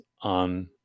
on